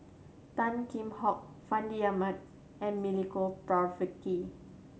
Tan Kheam Hock Fandi Ahmad and Milenko Prvacki